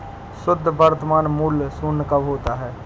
शुद्ध वर्तमान मूल्य शून्य कब होता है?